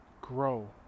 grow